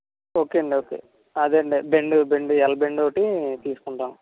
okay అండి okay అదే అండి బెండ్ బెండ్ ఎల్ బెండ్ ఒకటి తీసుకుంటాం